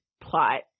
plot